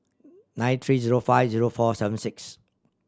nine three zero five zero four seven six